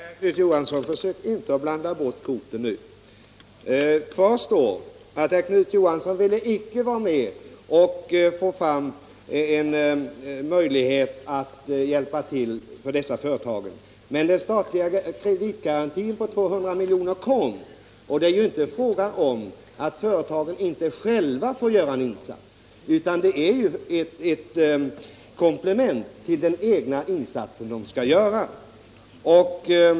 Herr talman! Nej, herr Knut Johansson, försök inte att blanda bort korten nu! Kvar står att herr Knut Johansson icke ville vara med om att försöka finna någon möjlighet för dessa företag att hjälpa till, men den statliga kreditgarantin på 200 miljoner kom. Det är ju här inte fråga om att inte företagen själva får göra en insats, utan bidragen är ett komplement till den egna insatsen.